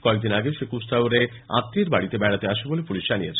কয়েকদিন আগে সে কুস্তাউরে আত্মীয়ের বাড়িতে বেড়াতে আসে বলে পুলিশ জানিয়েছে